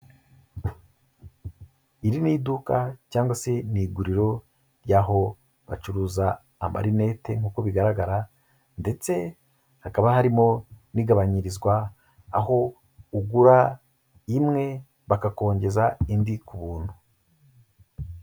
Iri ni iduka, cyangwase ni iguriro ry'aho bacuruza amarinete nk'uko bigaragara, ndetse hakaba harimo n'igabanyirizwa, aho ugura imwe bakakongeza indi ku buntu.